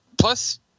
Plus